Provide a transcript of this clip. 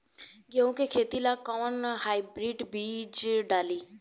गेहूं के खेती ला कोवन हाइब्रिड बीज डाली?